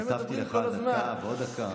הוספתי לך דקה ועוד דקה.